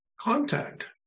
contact